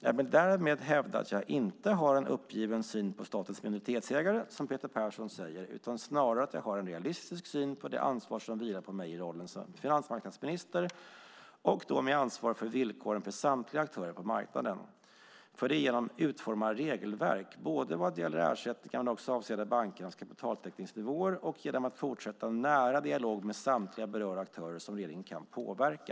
Jag vill därmed hävda att jag inte har en uppgiven syn på statens minoritetsägare, som Peter Persson säger, utan snarare att jag har en realistisk syn på det ansvar som vilar på mig i rollen som finansmarknadsminister, och då med ansvar för villkoren för samtliga aktörer på marknaden. Det är genom att utforma regelverk vad gäller både ersättningar och avseende bankernas kapitaltäckningsnivåer samt genom att fortsätta en nära dialog med samtliga berörda aktörer som regeringen kan påverka.